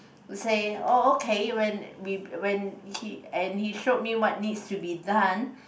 say oh okay when we when he and he showed what needs to be done